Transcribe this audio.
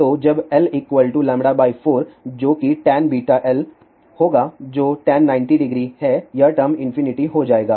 तो जब l λ 4 जो कि tanβl होगा जो tan900 हैं यह टर्म इंफिनिटी हो जाएगा